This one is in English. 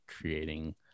creating